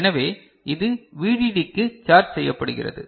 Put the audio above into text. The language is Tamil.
எனவே இது VDD க்கு சார்ஜ் செய்யப்படுகிறது